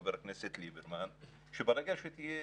חבר הכנסת ליברמן, שברגע שתהיה